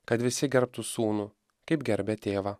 kad visi gerbtų sūnų kaip gerbia tėvą